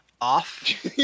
off